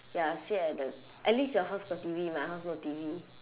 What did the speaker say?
ya sit at the at least your house got T_V my house no T_V